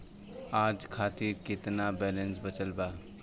आज खातिर केतना बैलैंस बचल बा?